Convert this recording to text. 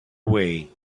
away